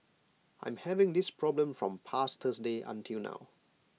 I'm having this problem from past Thursday until now